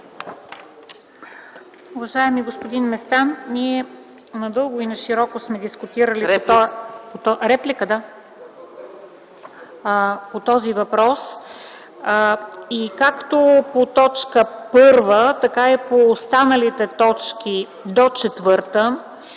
Уважаеми господин Местан, ние надълго и нашироко сме дискутирали този въпрос. Както по т. 1, така и по останалите точки до т.